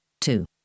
two